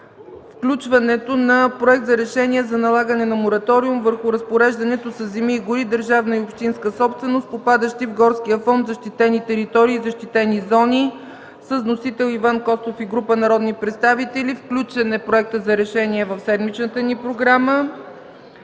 включването на Проект за решение за налагане на мораториум върху разпореждането със земи и гори – държавна и общинска собственост, попадащи в горския фонд, защитени територии и защитени зони, с вносител Иван Костов и група народни представители. Проектът за решение е включен в седмичната ни програма.